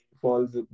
falls